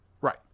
Right